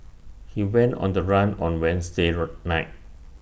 he went on the run on Wednesday night